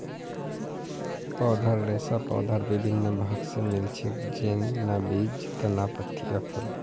पौधार रेशा पौधार विभिन्न भाग स मिल छेक, जैन न बीज, तना, पत्तियाँ, फल